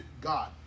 God